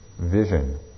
vision